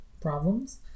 problems